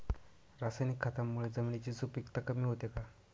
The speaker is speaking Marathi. रासायनिक खतांमुळे जमिनीची सुपिकता कमी होते का?